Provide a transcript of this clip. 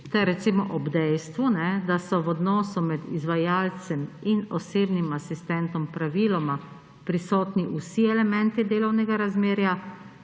ter recimo ob dejstvu, da so v odnosu med izvajalcem in osebnim asistentom praviloma prisotni vsi elementi delovnega razmerja,